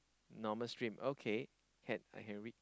normal stream okay can I can read